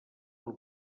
del